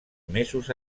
mesos